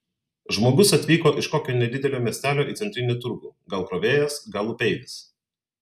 žmogus atvyko iš kokio nedidelio miestelio į centrinį turgų gal krovėjas gal upeivis